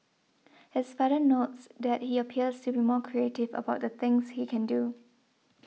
his father notes that he appears to be more creative about the things he can do